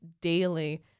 daily